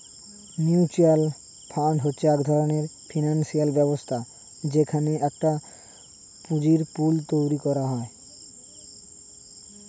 mutual fund হচ্ছে এক ধরণের ফিনান্সিয়াল ব্যবস্থা যেখানে একটা পুঁজির পুল তৈরী করা হয়